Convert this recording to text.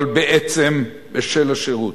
אבל בעצם בשל השירות.